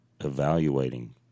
evaluating